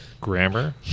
grammar